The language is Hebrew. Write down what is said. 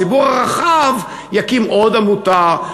הציבור הרחב יקים עוד עמותה,